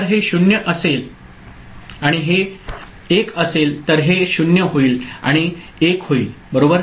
जर हे 0 असेल आणि 1 असेल तर हे 0 होईल आणि 1 होईल बरोबर